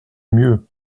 mieux